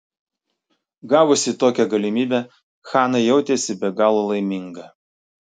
gavusi tokią galimybę hana jautėsi be galo laiminga